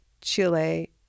Chile